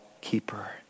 keeper